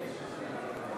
גברתי